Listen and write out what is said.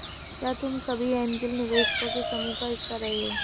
क्या तुम कभी ऐन्जल निवेशकों के समूह का हिस्सा रहे हो?